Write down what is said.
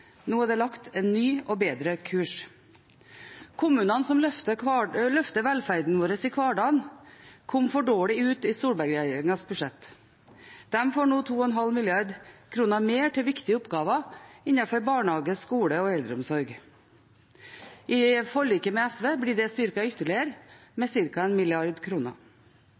Nå er det satt en ny og bedre kurs. Kommunene, som løfter velferden vår i hverdagen, kom for dårlig ut i Solberg-regjeringens budsjett. De får nå 2,5 mrd. kr mer til viktige oppgaver innenfor barnehage, skole og eldreomsorg. I forliket med SV blir det styrket ytterligere med